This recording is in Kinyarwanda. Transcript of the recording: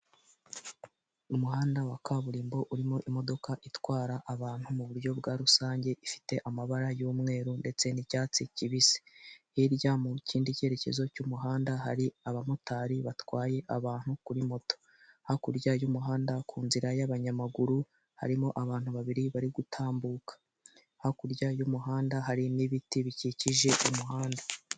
Umuhanda wa kaburimbo urimo imodoka itwara abantu m'uburyo bwa rusange ifite amabara y'umweru ndetse n'icyatsi kibisi, hirya mu kindi cyerekezo cy'umuhanda hari abamotari batwaye abantu kuri moto, hakurya y'umuhanda kunzira y'abanyamaguru harimo abantu babiri bari gutambuka, hakurya y'umuhanda hari n'ibiti bikikije umuhanda.